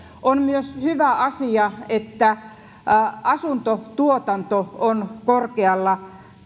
on myös hyvä asia että asuntotuotanto on korkealla